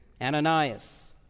Ananias